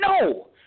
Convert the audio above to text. No